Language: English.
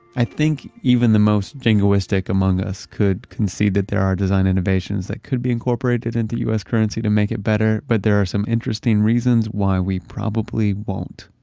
i think even the most jingoistic among us could concede that there are design innovations that could be incorporated into u s. currency to make it better, but there are some interesting reasons why we probably won't.